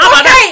Okay